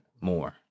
more